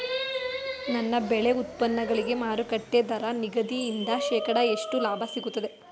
ನನ್ನ ಬೆಳೆ ಉತ್ಪನ್ನಗಳಿಗೆ ಮಾರುಕಟ್ಟೆ ದರ ನಿಗದಿಯಿಂದ ಶೇಕಡಾ ಎಷ್ಟು ಲಾಭ ಸಿಗುತ್ತದೆ?